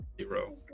zero